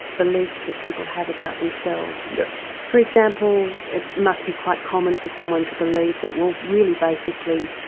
beliefs that people have about themselves. yeah for example it must be quite common for someone to believe that, well, really, basically,